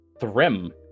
Thrim